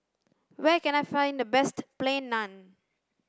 where can I find the best plain naan